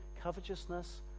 covetousness